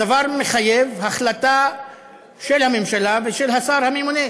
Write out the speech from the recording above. הדבר מחייב החלטה של הממשלה ושל השר הממונה,